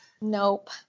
nope